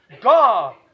God